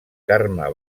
carme